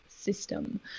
system